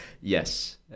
Yes